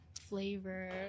flavor